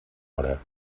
hora